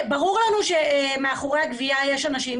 ברור לנו שמאחורי הגבייה יש אנשים,